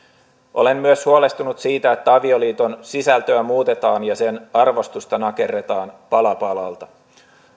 olen myös huolestunut siitä että avioliiton sisältöä muutetaan ja sen arvostusta nakerretaan pala palalta